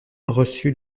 reçut